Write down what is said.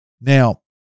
Now